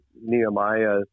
Nehemiah